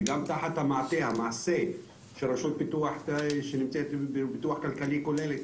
וגם תחת המעטה של רשות פיתוח שנמצאת בפיתוח כלכלי כוללת